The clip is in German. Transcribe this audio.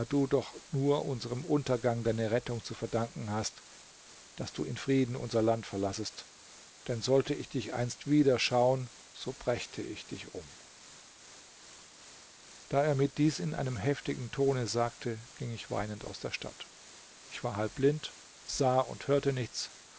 du doch nur unsrem untergang deine rettung zu verdanken hast daß du in frieden unser land verlassest denn sollte ich dich einst wieder schauen so brächte ich dich um da er mir dies in einem heftigen tone sagte ging ich weinend aus der stadt ich war halb blind sah und hörte nichts